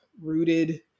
rooted